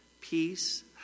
peace